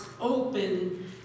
open